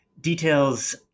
details